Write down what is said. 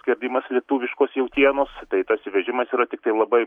skerdimas lietuviškos jautienos tai tas įvežimas yra tiktai labai